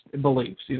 beliefs